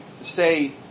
say